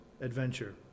adventure